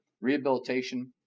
rehabilitation